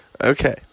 Okay